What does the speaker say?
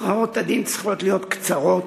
הכרעות דין צריכות להיות קצרות,